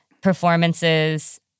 performances